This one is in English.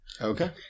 Okay